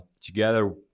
together